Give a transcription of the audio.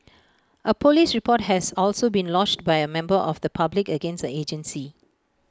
A Police report has also been lodged by A member of the public against the agency